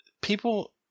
people